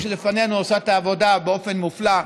הקואליציה שלפנינו עושה את העבודה באופן מופלא.